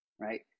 right